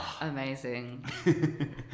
Amazing